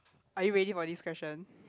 are you ready for this question